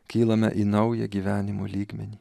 kylame į naują gyvenimo lygmenį